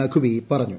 നഖ്വി പറഞ്ഞു